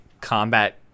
combat